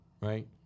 right